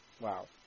Wow